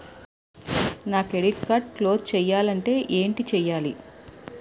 నా credit card close చేయాలంటే ఏంటి చేయాలి?